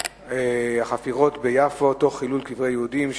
החפירות ביפו וחילול קברי יהודים,